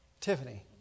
Tiffany